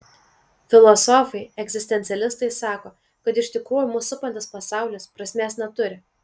filosofai egzistencialistai sako kad iš tikrųjų mus supantis pasaulis prasmės neturi